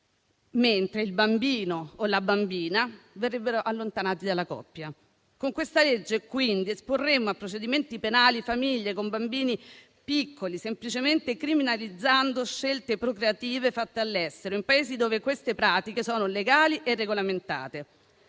mentre il bambino o la bambina verrebbero allontanati dalla coppia. Con questa legge, quindi, esporremmo a procedimenti penali famiglie con bambini piccoli, semplicemente criminalizzando scelte procreative fatte all'estero, in Paesi dove queste pratiche sono legali e regolamentate.